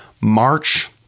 march